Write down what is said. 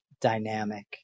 dynamic